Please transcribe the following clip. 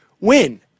win